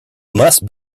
must